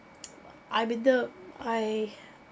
I'm in the I